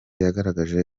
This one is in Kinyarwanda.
yagaragaje